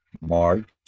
March